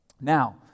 Now